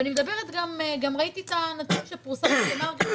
וגם ראיתי את הנתון שפורסם בדה מרקר,